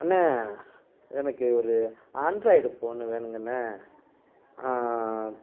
அண்ணே எனக்கு ஒரு ஆண்ட்ராய்டு போனு வேணுங்கண்ணே